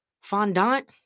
fondant